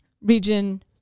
region